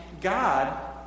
God